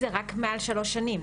זה רק מעל שלוש שנים,